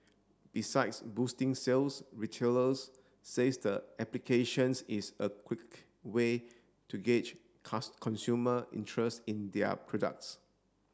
besides boosting sales retailers says the applications is a quick way to gauge consumer interest in their products